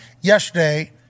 yesterday